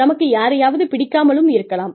நமக்கு யாரையாவது பிடிக்காமல் இருக்கலாம்